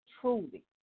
truly